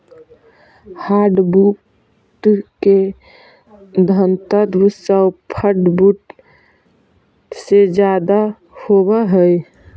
hardwood के घनत्व softwood से ज्यादा होवऽ हइ